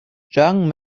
young